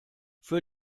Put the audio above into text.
für